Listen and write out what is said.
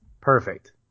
perfect